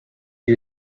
you